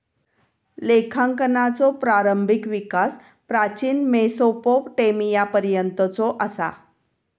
लेखांकनाचो प्रारंभिक विकास प्राचीन मेसोपोटेमियापर्यंतचो असा